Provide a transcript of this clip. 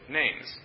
names